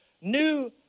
new